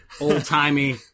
old-timey